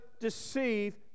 deceive